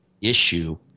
issue